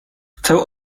chcę